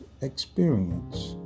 experience